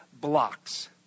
blocks